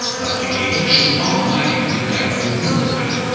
duplicator should automatically detect your new domain.